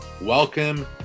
Welcome